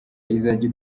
izajya